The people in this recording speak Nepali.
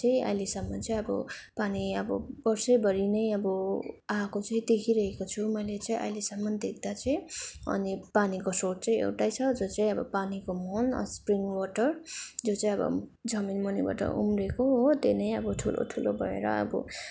चाहिँ अहिलेसम्म चाहिँ अब पानी अब वर्षैभरि नै अब आएको चाहिँ देखिरहेको छु मैले चाहिँ अहिलेसम्म देख्दा चाहिँ अनि पानीको श्रोत चाहिँ एउटै छ जो चाहिँ अब पानीको मुहान स्प्रिङ्ग वाटर जो चाहिँ अब जमिन मुनिबाट उम्रेको हो त्यो नै अब ठुलो ठुलो भएर अब